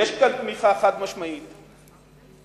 יש כאן תמיכה חד-משמעית של